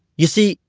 you see,